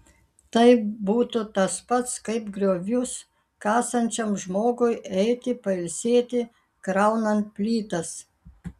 tai būtų tas pats kaip griovius kasančiam žmogui eiti pailsėti kraunant plytas